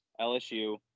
LSU